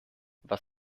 was